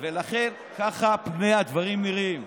לכן, ככה פני הדברים נראים.